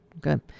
Good